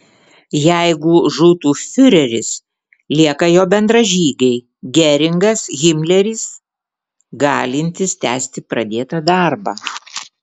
jeigu žūtų fiureris lieka jo bendražygiai geringas himleris galintys tęsti pradėtą darbą